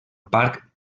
parc